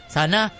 Sana